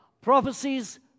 prophecies